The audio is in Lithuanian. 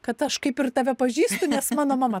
kad aš kaip ir tave pažįstu nes mano mama